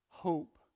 hope